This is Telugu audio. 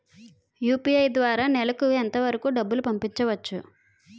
యు.పి.ఐ ద్వారా నెలకు ఎంత వరకూ డబ్బులు పంపించవచ్చు?